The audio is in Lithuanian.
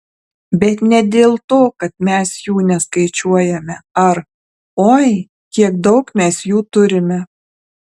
bet ne dėl to kad mes jų neskaičiuojame ar oi kiek daug mes jų turime